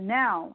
now